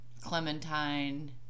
clementine